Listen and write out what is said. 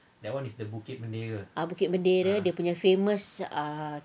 bukit bendera the punya famous ah